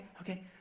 okay